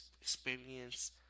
experience